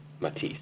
Matisse